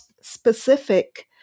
specific